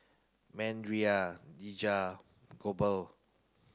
Mandria Dejah Goebel